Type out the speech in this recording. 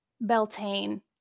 Beltane